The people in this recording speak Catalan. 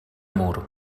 mur